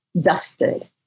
dusted